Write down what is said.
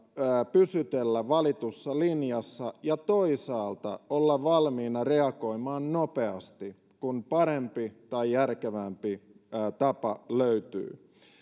pysytellä valitussa linjassa ja toisaalta olla valmiina reagoimaan nopeasti kun parempi tai järkevämpi tapa löytyy